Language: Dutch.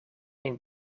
een